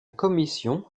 commission